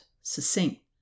succinct